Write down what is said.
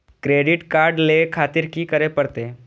Credit card ले खातिर की करें परतें?